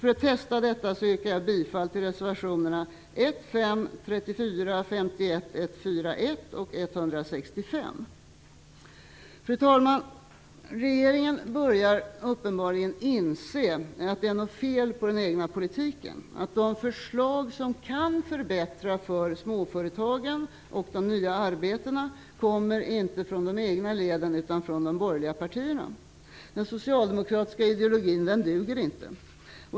För att testa det yrkar jag bifall till reservationerna nr Fru talman! Regeringen börjar uppenbarligen inse att det är något fel på den egna politiken. De förslag som kan förbättra för småföretagen och de nya arbetena kommer inte från de egna leden, utan från de borgerliga partierna. Den socialdemokratiska ideologin duger inte.